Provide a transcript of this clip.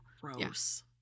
gross